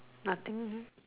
nothing